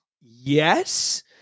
yes